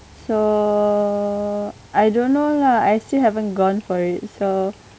so I don't know lah I still haven't gone for it so